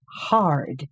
hard